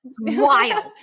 wild